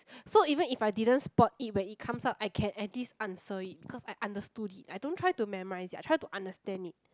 so even if I didn't spot it when it comes out I can at least answer it because I understood it I don't try to memorise it I try to understand it